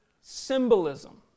symbolism